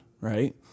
right